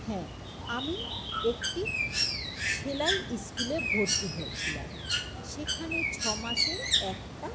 হ্যাঁ আমি একটি সেলাই ইস্কুলে ভর্তি হয়েছিলাম সেখানে ছমাসের একটা